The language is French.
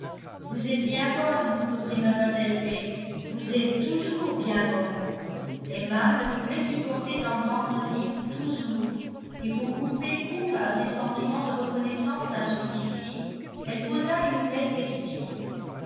vous êtes bien bonne reprit mlle bates vous êtes toujours bien bonne emma ne pouvait supporter d'entendre dire toujours et pour couper court à ces sentiments de reconnaissance injustifiée elle posa une nouvelle question